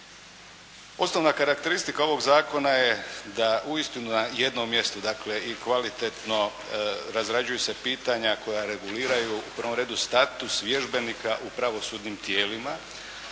Osnovna karakteristika ovog zakona je da uistinu na jednom mjestu, dakle i kvalitetno razrađuju se pitanja koja reguliraju u prvom redu status vježbenika u pravosudnim tijelima,